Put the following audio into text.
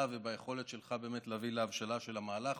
וביכולת שלך באמת להביא להבשלה של המהלך.